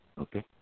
Okay